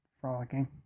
frolicking